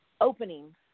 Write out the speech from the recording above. opening